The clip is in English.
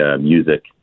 music